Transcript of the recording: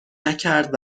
نکرد